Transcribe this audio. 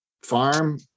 Farm